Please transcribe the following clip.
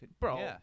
Bro